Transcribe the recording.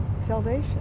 salvation